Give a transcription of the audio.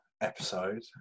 episode